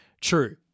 true